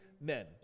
men